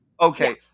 Okay